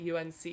UNC